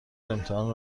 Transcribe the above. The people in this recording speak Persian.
امتحان